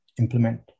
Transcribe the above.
implement